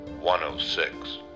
106